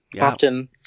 Often